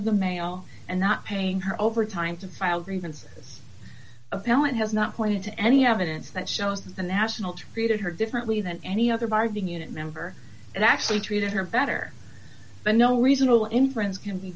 of the mail and not paying her overtime to file grievances appellant has not pointed to any evidence that shows the national treated her differently than any other bargaining unit member and actually treated her better but no reasonable inference can be